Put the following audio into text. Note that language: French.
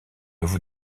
vous